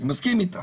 אני מסכים אתך.